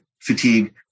fatigue